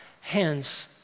hands